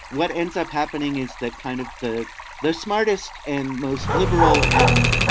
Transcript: what ends up happening is that kind of the the smartest and most liberal end.